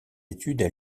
études